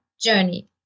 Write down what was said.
journey